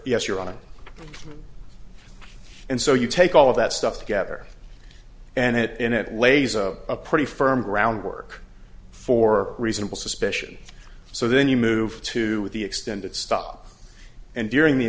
yes your honor and so you take all of that stuff together and it and it lays a pretty firm groundwork for reasonable suspicion so then you move to the extended stop and during the